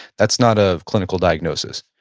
that's not a clinical diagnosis.